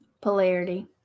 Polarity